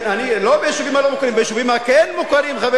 לא ביישובים הלא-מוכרים, ביישובים הכן-מוכרים,